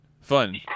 Fun